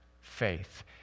faith